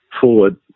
forward